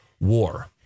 war